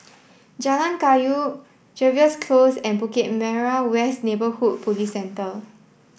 Jalan Kayu Jervois Close and Bukit Merah West Neighbourhood Police Centre